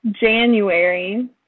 January